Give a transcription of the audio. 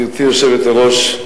גברתי היושבת-ראש,